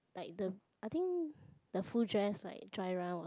like the I think the full dress like dry run was